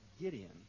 Gideon